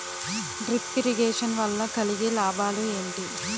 Drip irrigation వల్ల కలిగే లాభాలు ఏంటి?